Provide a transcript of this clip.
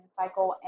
cycle